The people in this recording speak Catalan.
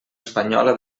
espanyola